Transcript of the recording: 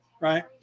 right